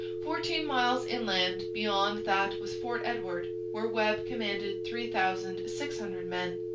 fourteen miles inland beyond that was fort edward, where webb commanded three thousand six hundred men.